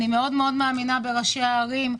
אני מאמינה בראשי הערים,